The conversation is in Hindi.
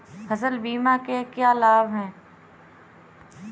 फसल बीमा के क्या लाभ हैं?